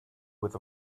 with